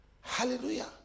Hallelujah